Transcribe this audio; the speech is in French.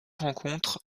rencontres